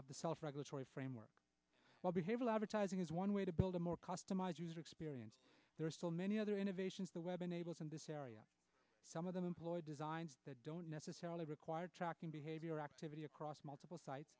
of the self regulatory framework while behavioral advertising is one way to build a more customized user experience there are so many other innovations the web enables and some of them employ designs that don't necessarily require tracking behavior activity across multiple site